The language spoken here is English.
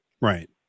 Right